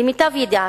למיטב ידיעתי,